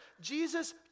Jesus